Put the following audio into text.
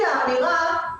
בחדר,